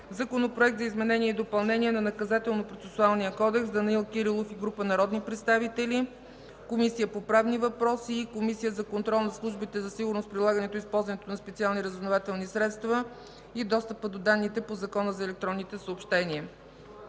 Законопроект за изменение и допълнение на Наказателнопроцесуалния кодекс. Вносител – Данаил Кирилов и група народни представители. Водеща е Комисията по правни въпроси. Разпределен е и на Комисията за контрол над службите за сигурност, прилагането и използването на специални разузнавателни средства и достъпът до данните по Закона за електронните съобщения.